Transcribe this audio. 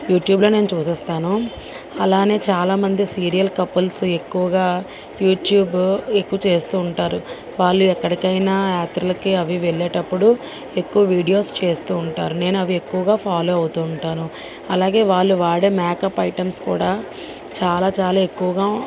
యూట్యూబ్లో నేను చూస్తాను అలాగే చాలా మంది సీరియల్ కపుల్స్ ఎక్కువగా యూట్యూబ్ ఎక్కువ చేస్తు ఉంటారు వాళ్ళు ఎక్కడికైనా యాత్రలకు అవి వెళ్ళేటప్పుడు ఎక్కువ వీడియోస్ చేస్తు ఉంటారు నేను అవి ఎక్కువగా ఫాలో అవుతు ఉంటాను అలాగే వాళ్ళు వాడే మేకప్ ఐటమ్స్ కూడా చాలా చాలా ఎక్కువగా